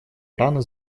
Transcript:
ирана